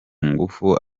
ngufu